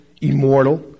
immortal